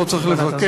לא צריך לבקש,